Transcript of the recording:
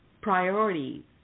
priorities